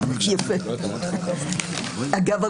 אגב,